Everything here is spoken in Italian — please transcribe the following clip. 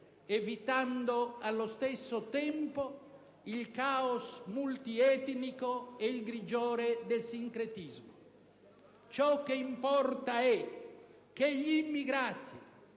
evitando allo stesso tempo il caos multietnico e il grigiore del sincretismo. Ciò che importa è che gli immigrati,